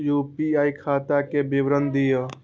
UPI खाता के विवरण दिअ?